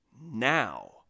now